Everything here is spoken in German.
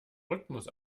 rhythmus